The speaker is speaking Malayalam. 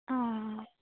ആ ഓക്കേ